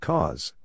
Cause